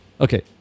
Okay